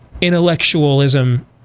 intellectualism